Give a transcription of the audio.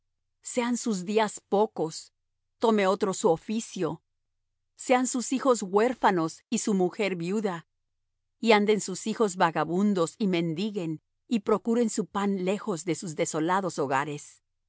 sean sus días pocos tome otro su oficio sean sus hijos huérfanos y su mujer viuda y anden sus hijos vagabundos y mendiguen y procuren su pan lejos de sus desolados hogares